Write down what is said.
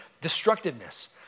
destructiveness